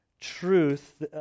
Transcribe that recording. truth